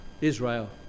Israel